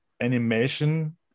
animation